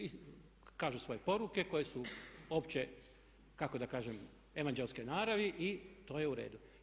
I kažu svoje poruke koje su opće kako da kažem evanđeoske naravi i to je u redu.